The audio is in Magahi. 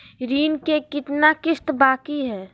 ऋण के कितना किस्त बाकी है?